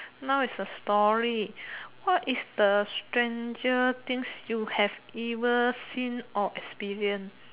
now is the story what is the strangest things you have ever seen or experienced